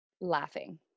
Laughing